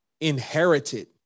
inherited